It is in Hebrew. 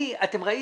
אתם ראיתם,